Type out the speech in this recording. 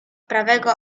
prawego